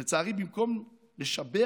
ולצערי, במקום לשבח,